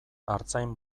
artzain